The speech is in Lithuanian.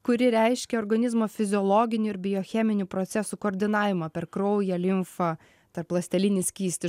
kuri reiškia organizmo fiziologinių ir biocheminių procesų koordinavimą per kraują limfą tarpląstelinį skystį